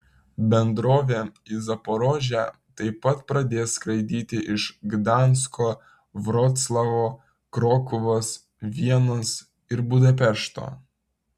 bendrovė į zaporožę taip pat pradės skraidyti iš gdansko vroclavo krokuvos vienos ir budapešto